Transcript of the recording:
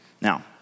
Now